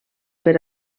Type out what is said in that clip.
per